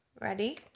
Ready